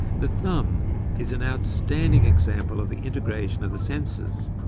the thumb is an outstanding example of the integration of the senses.